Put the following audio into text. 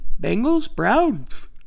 Bengals-Browns